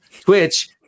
Twitch